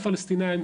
דומה לפלשתינאים,